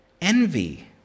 envy